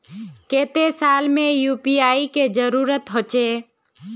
केते साल में यु.पी.आई के जरुरत होचे?